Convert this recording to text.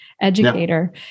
educator